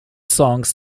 songs